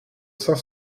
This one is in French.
cinq